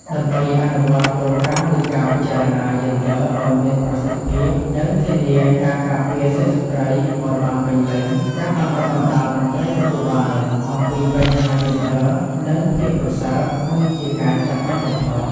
ដើម្បីអនុវត្តគោលការណ៍នៃការពិចារណាយេនឌ័រឲ្យមានប្រសិទ្ធភាព និងធានាការការពារសិទ្ធិស្ត្រីបានពេញលេញ ការបណ្ដុះបណ្ដាលមន្ត្រីនគរបាលអំពីបញ្ហាយេនឌ័រ និងភាពរសើប គឺជាការចាំបាច់បំផុត។